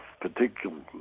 particularly